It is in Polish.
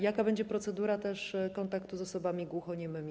Jaka będzie procedura kontaktu z osobami głuchoniemymi?